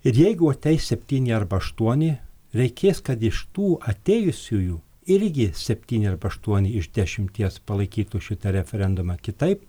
ir jeigu ateis septyni arba aštuoni reikės kad iš tų atėjusiųjų irgi septyni arba aštuoni iš dešimties palaikytų šitą referendumą kitaip